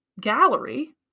gallery